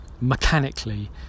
mechanically